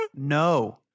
No